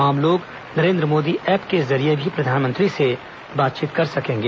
आम लोग नरेंद्र मोदी एप के जरिए भी प्रधानमंत्री से बातचीत कर सकेंगे